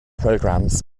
programs